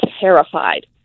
terrified